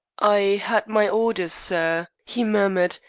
i had my orders, sir, he murmured,